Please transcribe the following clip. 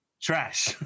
trash